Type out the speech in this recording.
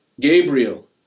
Gabriel